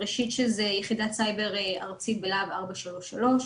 ראשית, יחידת סייבר ארצית בלהב 433,